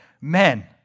men